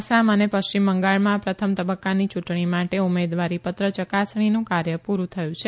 આસામ અને પશ્ચિમ બંગાળમાં પ્રથમ તબક્કાની ચૂંટણી માટે ઉમેદવારીપત્ર ચકાસણીનું કાર્ય પૂરું થયું છે